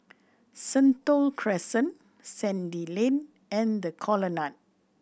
Sentul Crescent Sandy Lane and The Colonnade